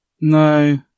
no